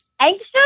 anxious